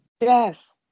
Yes